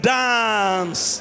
dance